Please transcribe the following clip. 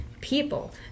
people